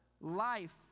life